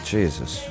Jesus